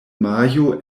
majo